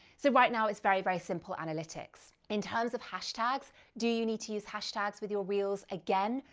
so right now, it's very, very simple analytics. in terms of hashtags, do you need to use hashtags with your reels? again,